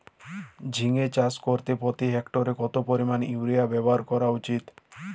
ঝিঙে চাষ করতে প্রতি হেক্টরে কত পরিমান ইউরিয়া ব্যবহার করা উচিৎ?